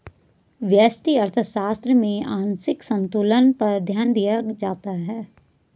व्यष्टि अर्थशास्त्र में आंशिक संतुलन पर ध्यान दिया जाता है